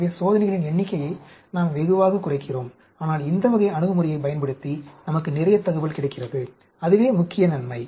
எனவே சோதனைகளின் எண்ணிக்கையை நாம் வெகுவாகக் குறைக்கிறோம் ஆனால் இந்த வகை அணுகுமுறையைப் பயன்படுத்தி நமக்கு நிறைய தகவல் கிடைக்கிறது அதுவே முக்கிய நன்மை